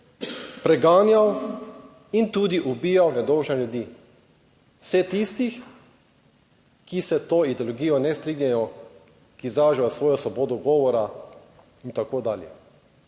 preganjal in tudi ubijal nedolžne ljudi, vseh tistih, ki se s to ideologijo ne strinjajo, ki izražajo svojo svobodo govora in tako dalje.